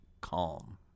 Calm